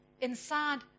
inside